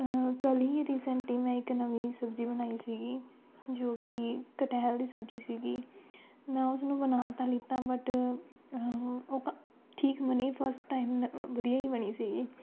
ਕੱਲ੍ਹ ਹੀ ਰੀਸੈਂਨਟਲੀ ਮੈਂ ਇੱਕ ਨਵੀਂ ਸਬਜ਼ੀ ਬਣਾਈ ਸੀਗੀ ਜੋ ਕਿ ਕਟਹਲ ਦੀ ਸਬਜ਼ੀ ਸੀਗੀ ਮੈਂ ਉਸ ਨੂੰ ਬਣਾ ਤਾਂ ਲਿੱਤਾ ਬਟ ਉਹ ਕ ਠੀਕ ਬਣੀ ਫਸਟ ਟਾਈਮ ਨ ਵਧੀਆ ਹੀ ਬਣੀ ਸੀਗੀ